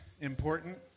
important